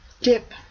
dip